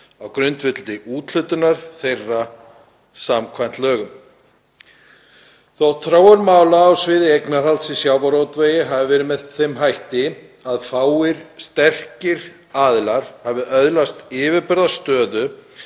á grundvelli úthlutunar þeirra samkvæmt lögunum. Þótt þróun mála á sviði eignarhalds í sjávarútvegi hafi verið með þeim hætti að fáir sterkir aðilar hafi öðlast yfirburðastöðu